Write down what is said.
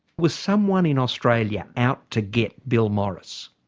was someone in australia out to get bill morris?